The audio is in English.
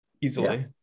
Easily